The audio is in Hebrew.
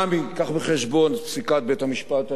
גם יביא בחשבון את פסיקת בית-המשפט העליון,